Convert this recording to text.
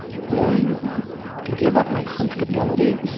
willing to give up my comfortability?